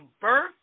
birth